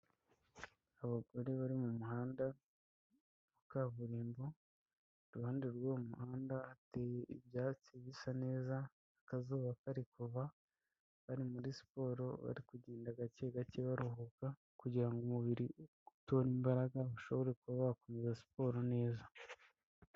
Abagore bari mu muhanda wa kaburimbo, iruhande rw'uwo muhanda hateye ibyatsi bisa neza, akazuba kari kuva, bari muri siporo bari kugenda gake gake baruhuka, kugira ngo umubiri utore imbaraga bashobore kuba bakomeza siporo neza.